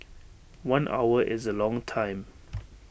one hour is A long time